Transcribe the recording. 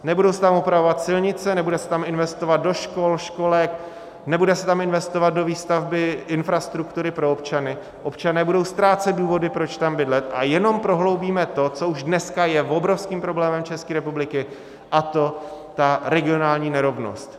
Nebudou se tam opravovat silnice, nebude se tam investovat do škol, školek, nebude se tam investovat do výstavby infrastruktury pro občany, občané budou ztrácet důvody, proč tam bydlet, a jenom prohloubíme to, co už dneska je obrovským problémem České republiky, a to regionální nerovnost.